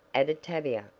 added tavia,